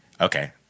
okay